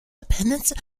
dependence